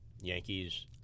Yankees